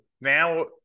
now